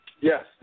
Yes